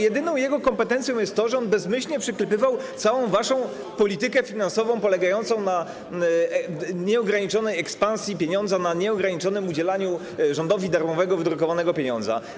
Jedyną jego kompetencją jest to, że bezmyślnie przyklepywał całą waszą politykę finansową polegającą na nieograniczonej ekspansji pieniądza, na nieograniczonym udzielaniu rządowi darmowych, wydrukowanych pieniędzy.